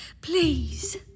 please